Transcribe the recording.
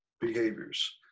behaviors